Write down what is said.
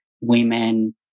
women